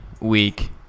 week